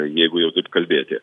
jeigu jau taip kalbėti